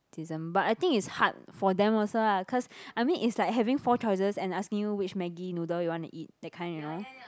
~tism but I think it's hard for them also lah cause I mean it's like having four choices and asking you which Maggi noodle you want to eat that kind you know